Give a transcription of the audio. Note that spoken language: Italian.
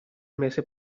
mese